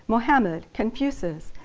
mohammed, confucius,